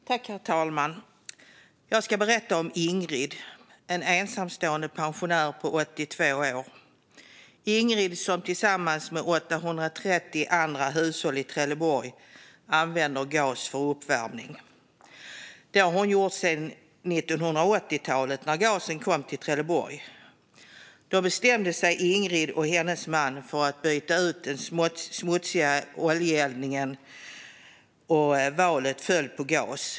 Herr talman! Jag ska berätta om Ingrid, en ensamstående pensionär på 82 år. Ingrid använder i likhet med 830 andra hushåll i Trelleborg gas för uppvärmning. Det har hon gjort sedan 1980-talet när gasen kom till Trelleborg. Då bestämde sig Ingrid och hennes man för att byta ut den smutsiga oljeeldningen, och valet föll på gas.